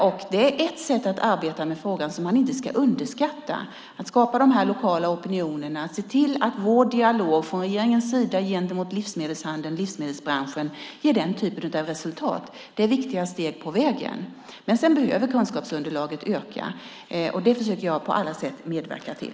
Detta är ett sätt att arbeta med frågan som man inte ska underskatta. Det är viktiga steg på vägen att skapa de lokala opinionerna och att se till att vår dialog från regeringens sida gentemot livsmedelshandeln och livsmedelsbranschen ger den typen av resultat. Kunskapsunderlaget behöver öka, och det försöker jag på alla sätt medverka till.